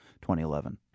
2011